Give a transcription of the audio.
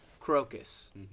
crocus